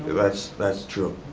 that's that's true.